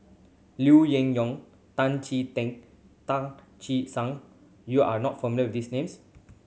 Liu Yin Yew Tan Chee Teck Tan Che Sang you are not familiar with these names